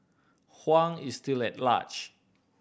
Huang is still at large